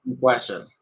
question